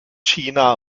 china